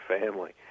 family